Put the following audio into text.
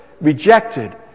rejected